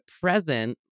present